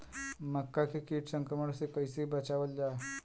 मक्का के कीट संक्रमण से कइसे बचावल जा?